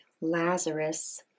Lazarus